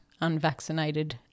unvaccinated